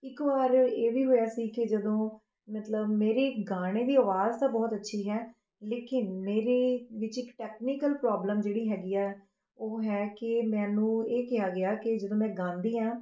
ਇੱਕ ਵਾਰ ਇਹ ਵੀ ਹੋਇਆ ਸੀ ਕਿ ਜਦੋਂ ਮਤਲਬ ਮੇਰੀ ਗਾਣੇ ਦੀ ਅਵਾਜ਼ ਤਾਂ ਬਹੁਤ ਅੱਛੀ ਹੈ ਲੇਕਿਨ ਮੇਰੇ ਵਿੱਚ ਇੱਕ ਟੈਕਨੀਕਲ ਪਰੋਬਲਮ ਜਿਹੜੀ ਹੈਗੀ ਹੈ ਉਹ ਹੈ ਕਿ ਮੈਨੂੰ ਇਹ ਕਿਹਾ ਗਿਆ ਕਿ ਜਦੋਂ ਮੈਂ ਗਾਉਂਦੀ ਹਾਂ